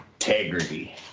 integrity